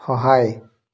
সহায়